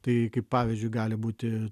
tai kaip pavyzdžiui gali būti